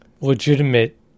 legitimate